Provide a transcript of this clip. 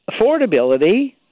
affordability